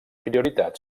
prioritat